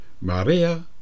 Maria